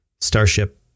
Starship